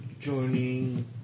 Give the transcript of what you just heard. Joining